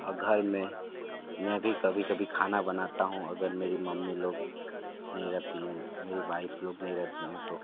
और घर में मैं भी कभी कभी खाना बनाता हूँ अगर मेरी मम्मी लोग नहीं रहती मेरी वाइफ लोग नहीं रहती है तो